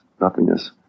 nothingness